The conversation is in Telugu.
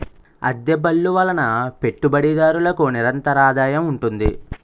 అద్దె బళ్ళు వలన పెట్టుబడిదారులకు నిరంతరాదాయం ఉంటుంది